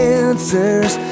answers